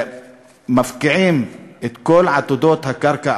מפקיעים את כל עתודות הקרקע,